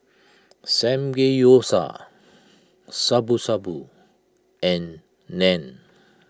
Samgeyopsal Shabu Shabu and Naan